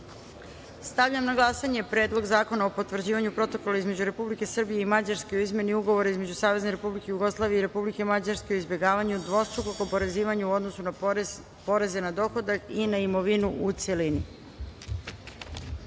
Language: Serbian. zakona. Stavljam na glasanje Predlog zakona o potvrđivanju Protokola između Republike Srbije i Mađarske o izmeni Ugovora između Savezne Republike Jugoslavije i Republike Mađarske o izbegavanju dvostrukog oporezivanja u odnosu na poreze na dohodak i na imovinu, u